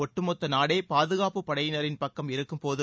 ஒட்டுமொத்த நாடே பாதுகாப்புப் படையினரின் பக்கம் இருக்கும் போது